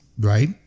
Right